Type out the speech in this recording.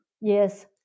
Yes